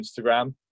Instagram